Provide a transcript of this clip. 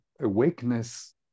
Awakeness